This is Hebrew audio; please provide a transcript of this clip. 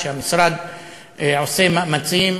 שהמשרד עושה מאמצים,